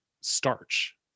starch